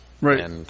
Right